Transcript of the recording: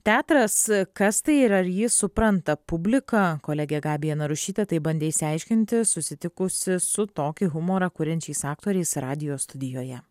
teatras kas tai yra ar jį supranta publika kolegė gabija narušytė tai bandė išsiaiškinti susitikusi su tokį humorą kuriančiais aktoriais radijo studijoje